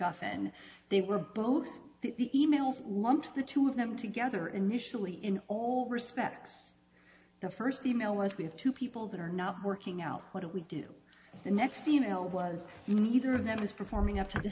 mcguffin they were both the e mails lumped the two of them together initially in all respects the first e mail as we have two people that are not working out what do we do the next e mail was in either of them is performing up to the